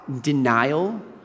denial